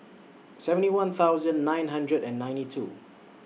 seventy one thousand nine hundred and ninety two